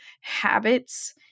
habits